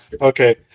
Okay